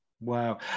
Wow